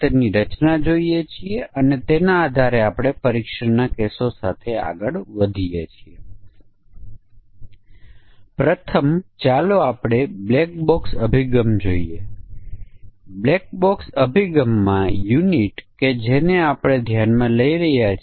એ જ રીતે URL માં સંગ્રહિત થયેલ મૂલ્ય વિવિધ પ્રકારની ઇમેજ હોઈ શકે છે